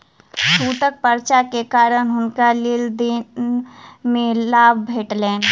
छूटक पर्चा के कारण हुनका लेन देन में लाभ भेटलैन